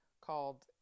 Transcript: called